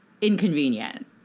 inconvenient